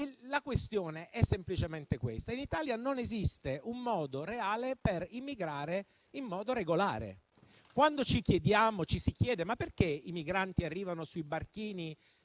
La questione è semplicemente questa: in Italia non esiste un modo reale per immigrare in modo regolare. Quando ci si chiede perché i migranti arrivino sui barchini